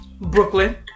Brooklyn